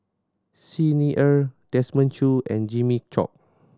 Xi Ni Er Desmond Choo and Jimmy Chok